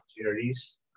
opportunities